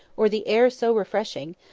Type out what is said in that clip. or the air so refreshing,